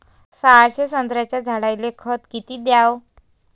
सहाशे संत्र्याच्या झाडायले खत किती घ्याव?